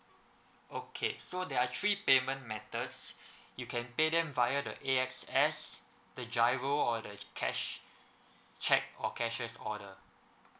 okay so there are three payment methods you can pay them via the A_X_S the G_I_R_O or the cash cheque or cashiers order